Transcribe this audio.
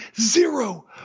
zero